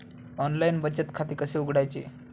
Online बचत खाते कसे उघडायचे?